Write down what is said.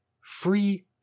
Free